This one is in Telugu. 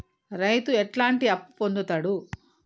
రైతు ఎట్లాంటి అప్పు పొందుతడు?